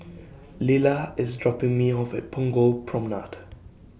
Lilah IS dropping Me off At Punggol Promenade